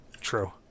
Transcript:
True